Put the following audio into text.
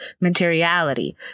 materiality